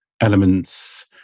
elements